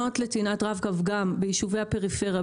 ביישובי הפריפריה,